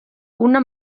una